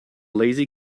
lazy